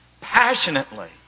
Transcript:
passionately